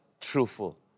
truthful